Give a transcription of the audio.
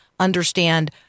understand